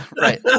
right